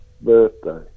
birthday